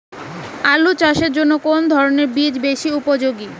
আলু চাষের জন্য কোন ধরণের বীজ বেশি উপযোগী?